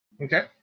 Okay